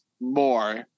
more